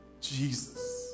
Jesus